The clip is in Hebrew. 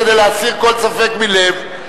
כדי להסיר כל ספק מלב,